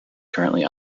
currently